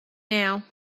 now